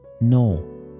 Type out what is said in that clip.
...no